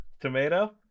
Tomato